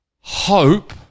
Hope